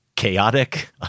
Chaotic